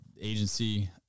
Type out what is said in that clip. agency